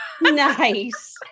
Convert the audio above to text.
Nice